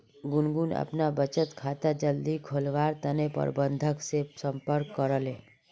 गुनगुन अपना बचत खाता जल्दी खोलवार तने प्रबंधक से संपर्क करले